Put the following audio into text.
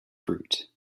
fruit